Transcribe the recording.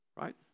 right